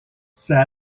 sat